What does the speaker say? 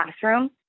classroom